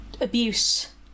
abuse